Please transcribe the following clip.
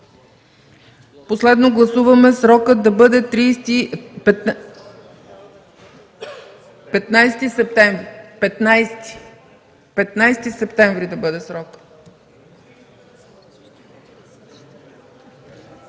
Последно гласуваме срокът да бъде „15 септември”.